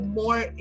more